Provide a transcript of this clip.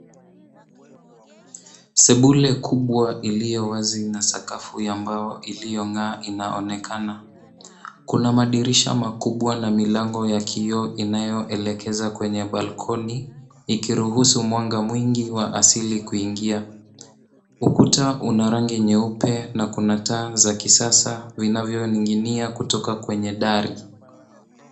Sebule kubwa iliyo wazi na sakafu ya mbao iliyong'aa inaonekana. Kuna madirisha makubwa na milango ya kioo inayoelekeza kwenye balkoni ikiruhusu mwanga mwingi wa asili kuingia. Ukuta una rangi nyeupe na kuna taa za kisasa vinavyoninga kutoka kwenye dari.